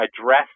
address